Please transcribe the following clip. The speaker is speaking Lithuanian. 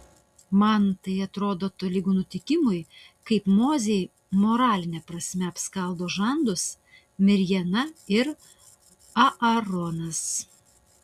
man tai atrodo tolygu nutikimui kaip mozei moraline prasme apskaldo žandus mirjama ir aaronas